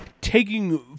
taking